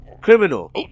Criminal